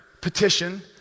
petition